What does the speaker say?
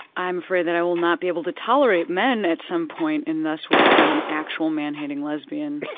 i'm afraid that i will not be able to tolerate men at some point and thus will become an actual man-hating lesbian.